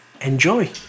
Enjoy